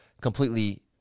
completely